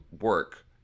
work